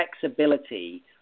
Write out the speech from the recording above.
flexibility